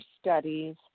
studies